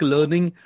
Learning